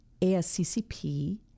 ASCCP